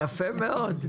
יפה מאוד.